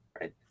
right